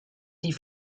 die